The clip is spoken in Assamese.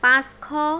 পাঁচ শ